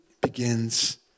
begins